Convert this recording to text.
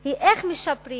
היא איך משפרים